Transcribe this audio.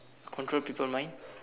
control people mind